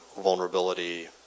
vulnerability